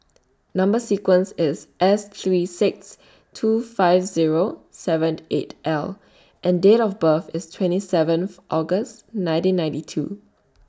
Number sequence IS S three six two five Zero seven eight L and Date of birth IS twenty seventh August nineteen ninety two